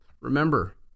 remember